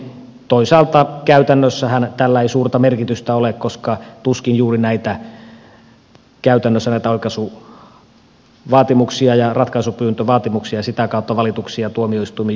toisaalta käytännössähän tällä ei suurta merkitystä ole koska tuskin juuri käytännössä näitä oikaisuvaatimuksia ja ratkaisupyyntövaatimuksia ja sitä kautta valituksia tuomioistuimiin juurikaan tulee